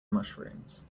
mushrooms